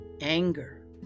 anger